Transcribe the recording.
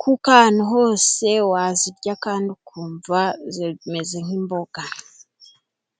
kuko ahantu hose wazirya kandi ukumva zimeze nk'imboga.